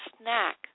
snack